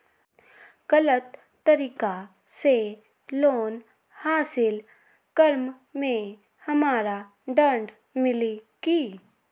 गलत तरीका से लोन हासिल कर्म मे हमरा दंड मिली कि?